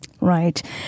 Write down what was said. Right